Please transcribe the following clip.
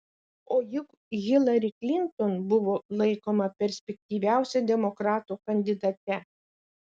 o juk hilari klinton buvo laikoma perspektyviausia demokratų kandidate